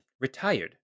retired